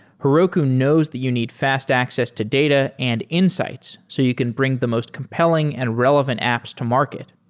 heroku knows that you need fast access to data and insights so you can bring the most compelling and relevant apps to market.